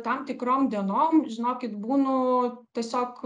tam tikrom dienom žinokit būnu tiesiog